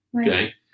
Okay